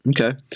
Okay